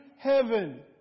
heaven